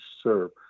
serve